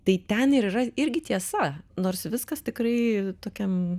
tai ten yra irgi tiesa nors viskas tikrai tokiam